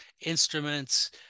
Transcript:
instruments